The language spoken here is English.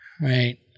Right